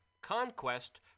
conquest